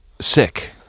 sick